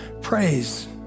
Praise